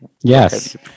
yes